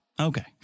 Okay